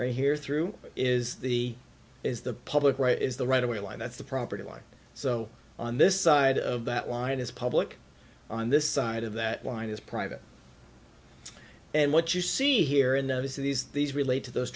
right here through is the is the public right is the right away line that's the property line so on this side of that line is public on this side of that line is private and what you see here in those cities these relate to those